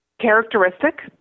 characteristic